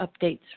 updates